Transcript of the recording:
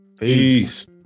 Peace